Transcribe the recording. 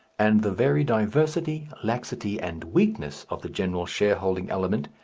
and the very diversity, laxity, and weakness of the general shareholding element,